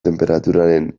tenperaturaren